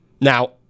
Now